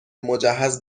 مجهز